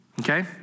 Okay